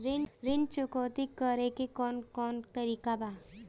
ऋण चुकौती करेके कौन कोन तरीका बा?